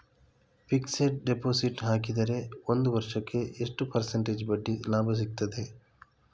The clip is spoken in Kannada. ಫಿಕ್ಸೆಡ್ ಡೆಪೋಸಿಟ್ ಹಾಕಿದರೆ ಒಂದು ವರ್ಷಕ್ಕೆ ಎಷ್ಟು ಪರ್ಸೆಂಟೇಜ್ ಬಡ್ಡಿ ಲಾಭ ಸಿಕ್ತದೆ?